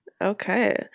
Okay